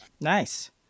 Nice